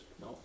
No